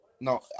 no